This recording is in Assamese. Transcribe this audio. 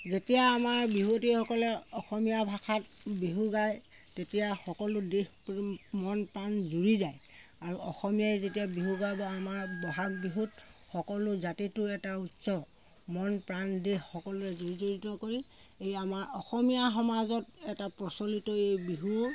যেতিয়া আমাৰ বিহুৱতীসকলে অসমীয়া ভাষাত বিহু গায় তেতিয়া সকলো দেহ মন প্ৰাণ জুৰি যায় আৰু অসমীয়াই যেতিয়া বিহু গাব আমাৰ ব'হাগ বিহুত সকলো জাতিটোৰে এটা উৎসৱ মন প্ৰাণ দেহ সকলোৱে জৰ্জৰিত কৰি এই আমাৰ অসমীয়া সমাজত এটা প্ৰচলিত এই বিহু